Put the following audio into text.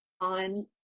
on